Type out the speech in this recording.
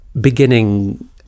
beginning